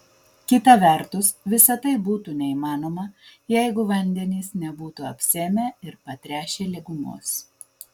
kita vertus visa tai būtų neįmanoma jeigu vandenys nebūtų apsėmę ir patręšę lygumos